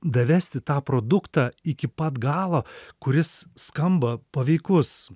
davesti tą produktą iki pat galo kuris skamba paveikus